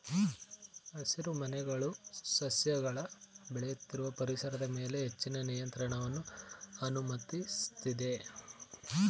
ಹಸಿರುಮನೆಗಳು ಸಸ್ಯಗಳ ಬೆಳೆಯುತ್ತಿರುವ ಪರಿಸರದ ಮೇಲೆ ಹೆಚ್ಚಿನ ನಿಯಂತ್ರಣವನ್ನು ಅನುಮತಿಸ್ತದೆ